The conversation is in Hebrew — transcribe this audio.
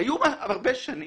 היו הרבה שנים.